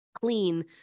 clean